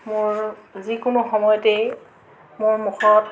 মোৰ যিকোনো সময়তেই মোৰ মুখত